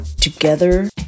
Together